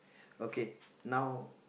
okay now